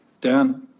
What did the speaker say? Dan